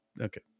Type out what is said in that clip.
Okay